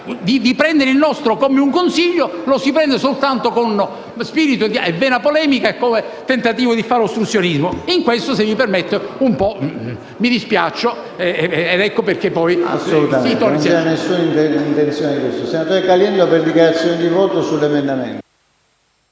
di prendere il nostro come un consiglio, lo si prende soltanto con spirito e vena polemica e come un tentativo di fare ostruzionismo. Di questo, se mi permette, un po' mi dispiaccio ed ecco perché poi alzo i